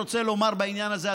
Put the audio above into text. רוצה לומר בעניין הזה,